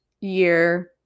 year